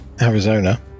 Arizona